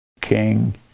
king